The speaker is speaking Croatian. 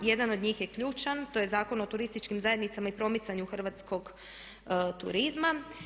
Jedan od njih je ključan, to je Zakon o turističkim zajednicama i promicanju hrvatskog turizma.